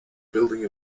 building